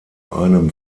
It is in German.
einem